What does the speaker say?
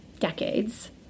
Decades